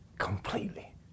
completely